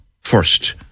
first